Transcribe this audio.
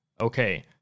okay